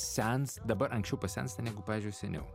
sens dabar anksčiau pasensta negu pavyzdžiui seniau